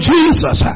Jesus